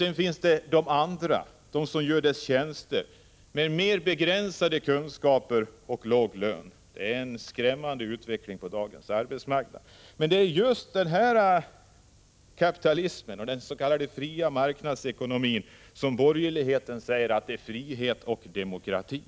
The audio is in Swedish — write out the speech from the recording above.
Sedan finns det andra som gör denna elit tjänster och som har begränsade kunskaper och låg lön. Det är en skrämmande utveckling på dagens arbetsmarknad, men detta är just kapitalismen och den fria marknadsekonomi som borgerligheten säger är frihet och demokrati.